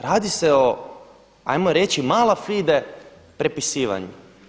Radi se o hajmo reći mala fide prepisivanju.